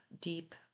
deep